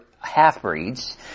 half-breeds